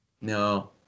No